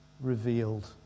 revealed